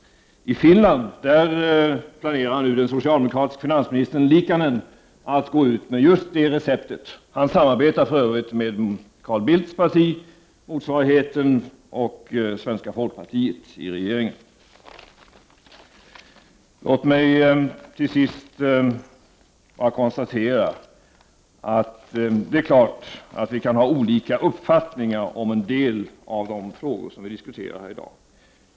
I Finland planerar nu den socialdemokratiske finansministern Liikanen att gå ut med det receptet. Han samarbetar för övrigt med motsvarigheten till Carl Bildts parti och svenska folkpartiet i regeringen. Låt mig till sist bara konstatera att det är klart att vi kan ha olika uppfattningar om en del av de frågor som vi diskuterar i dag.